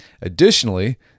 Additionally